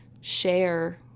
share